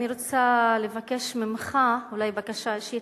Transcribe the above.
אני רוצה לבקש ממך אולי בקשה אישית,